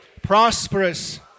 prosperous